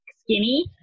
skinny